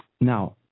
Now